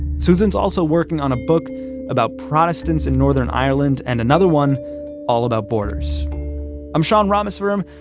susan's also working on a book about protestants in northern ireland and another one all about borders i'm sean rameswaram.